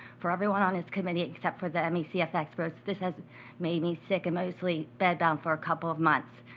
for everyone on this committee, except for the me cfs group, this has me me sick and mostly bed bound for a couple of months.